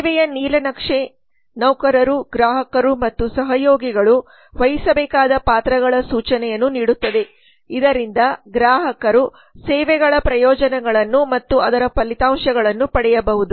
ಸೇವೆಯ ನೀಲನಕ್ಷೆ ನೌಕರರು ಗ್ರಾಹಕರು ಮತ್ತು ಸಹಯೋಗಿಗಳು ವಹಿಸಬೇಕಾದ ಪಾತ್ರಗಳ ಸೂಚನೆಯನ್ನು ನೀಡುತ್ತದೆ ಇದರಿಂದ ಗ್ರಾಹಕರು ಸೇವೆಗಳ ಪ್ರಯೋಜನಗಳನ್ನು ಮತ್ತು ಅದರ ಫಲಿತಾಂಶಗಳನ್ನು ಪಡೆಯಬಹುದು